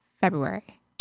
February